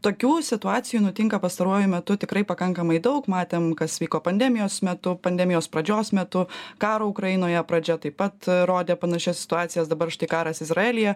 tokių situacijų nutinka pastaruoju metu tikrai pakankamai daug matėm kas vyko pandemijos metu pandemijos pradžios metu karo ukrainoje pradžia taip pat rodė panašias situacijas dabar štai karas izraelyje